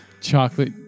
chocolate